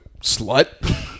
slut